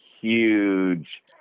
huge